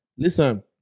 Listen